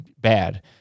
bad